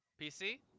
PC